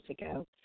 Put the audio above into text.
ago